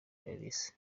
clarisse